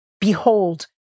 Behold